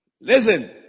Listen